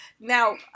Now